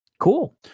Cool